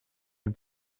had